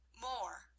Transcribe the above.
More